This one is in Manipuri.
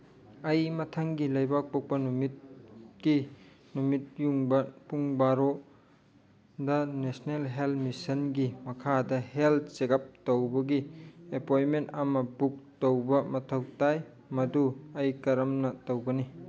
ꯑꯩ ꯃꯊꯪꯒꯤ ꯂꯩꯕꯥꯛꯄꯣꯛꯄ ꯅꯨꯃꯤꯠꯀꯤ ꯅꯨꯃꯤꯠꯌꯨꯡꯕ ꯄꯨꯡ ꯕꯥꯔꯣꯗ ꯅꯦꯁꯅꯦꯜ ꯍꯦꯜꯠ ꯃꯤꯁꯟꯒꯤ ꯃꯈꯥꯗ ꯍꯦꯜꯠ ꯆꯦꯒꯞ ꯇꯧꯕꯒꯤ ꯑꯦꯄꯣꯏꯟꯃꯦꯟ ꯑꯃ ꯕꯨꯛ ꯇꯧꯕ ꯃꯊꯧ ꯇꯥꯏ ꯃꯗꯨ ꯑꯩ ꯀꯔꯝꯅ ꯇꯧꯒꯅꯤ